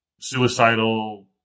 suicidal